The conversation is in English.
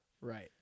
right